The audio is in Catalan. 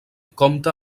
compta